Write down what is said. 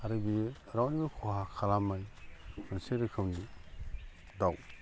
आरो बेयो रावनिबो खहा खालामै मोनसे रोखोमनि दाउ